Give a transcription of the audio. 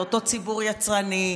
זה אותו ציבור יצרני,